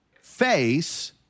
face